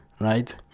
right